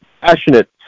passionate